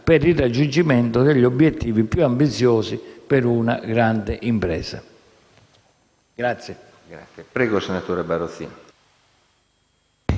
per il raggiungimento degli obiettivi più ambiziosi per una grande impresa.